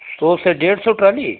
सौ से डेढ़ सौ ट्राली